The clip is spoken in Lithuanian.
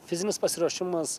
fizinis pasiruošimas